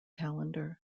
calendar